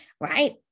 Right